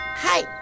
Hi